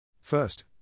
First